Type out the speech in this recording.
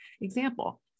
Example